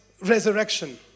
resurrection